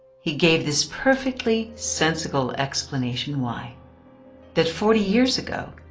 he gave this perfectly sensible explanation why that forty years ago,